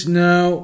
now